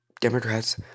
Democrats